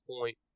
point